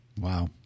Wow